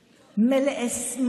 אופיר, אני מצטערת.